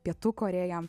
pietų korėja